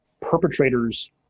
perpetrators